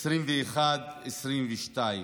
2021 2022,